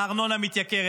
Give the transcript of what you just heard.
הארנונה מתייקרת,